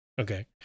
Okay